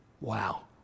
Wow